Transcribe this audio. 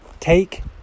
Take